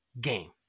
game